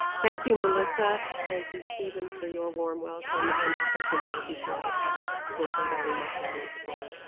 thank you melissa, thank you stephen for your warm welcome and especially thank you to ayesha bulchandani-mithrani for,